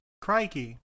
Crikey